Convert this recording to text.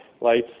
lights